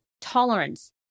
tolerance